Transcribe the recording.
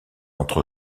entre